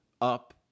up